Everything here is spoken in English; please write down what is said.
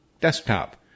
desktop